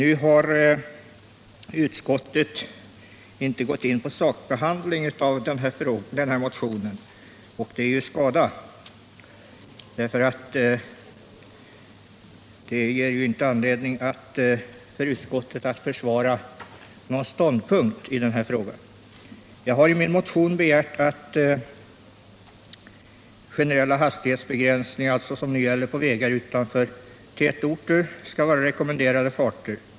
Utskottet har inte gått in på sakbehandling av motionen, och det är skada, eftersom utskottet då inte heller funnit sig föranlett att försvara någon ståndpunkt i denna fråga. Jag har alltså i min motion begärt att generella hastighetsbegränsningar, som nu gäller på vägar utanför tätorter, skall omvandlas till rekommenderade farter.